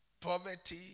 poverty